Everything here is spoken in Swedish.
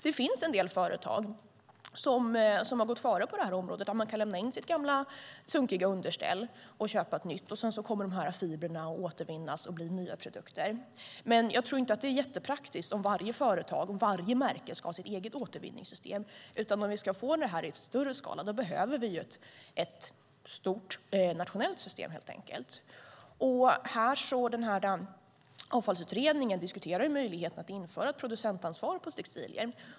Det finns en del företag som har gått före på det området och där man kan lämna in sitt gamla sunkiga underställ och köpa ett nytt, och så kommer fibrerna att återvinnas och bli nya produkter. Men jag tror inte att det är jättepraktiskt om varje företag och varje märke ska ha sitt eget återvinningssystem, utan om vi ska få detta i större skala behöver vi ett stort nationellt system. Avfallsutredningen diskuterar möjligheten att införa ett producentansvar för textilier.